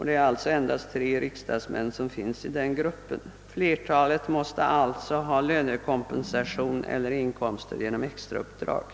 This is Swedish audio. Det finns endast tre riksdagsmän i denna grupp. Flertalet har tydligen lönekompensation eller inkomster genom andra uppdrag.